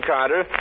Carter